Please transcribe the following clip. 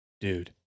Dude